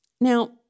Now